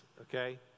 okay